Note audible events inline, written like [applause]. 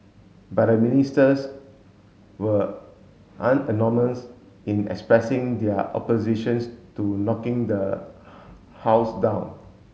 but the Ministers were [unintelligible] in expressing their oppositions to knocking the house down